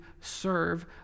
serve